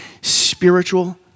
spiritual